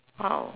!wow!